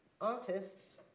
artists